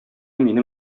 минем